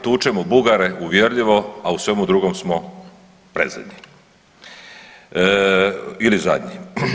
Tučemo Bugare uvjerljivo, a u svemu drugom smo predzadnji ili zadnji.